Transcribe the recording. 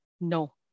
no